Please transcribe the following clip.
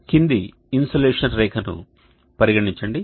కింది ఇన్సోలేషన్ రేఖను పరిగణించండి